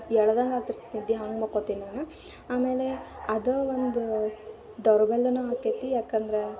ಎಳದಂಗೆ ಆಗ್ತಿರ್ತೈತಿ ನಿದ್ದೆ ಹಂಗೆ ಮಕ್ಕೊತೀನಿ ನಾನು ಆಮೇಲೆ ಅದ ಅದು ದೌರ್ಬಲ್ಯವೂ ಆಕೈತಿ ಯಾಕಂದ್ರೆ